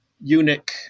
Eunuch